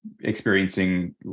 experiencing